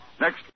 Next